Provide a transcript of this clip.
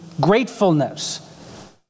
gratefulness